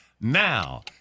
now